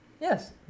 Yes